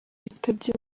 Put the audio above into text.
yitabye